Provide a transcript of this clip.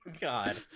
god